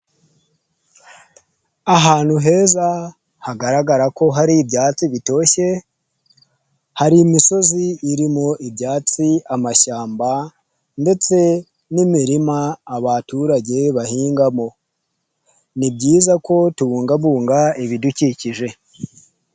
Ahantu heza hagaragara ko hari ibyatsi bitoshye, hari imisozi irimo ibyatsi, amashyamba ndetse n'imirima abaturage bahingamo, ni byiza ko tubungabunga ibidukikije.